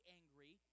angry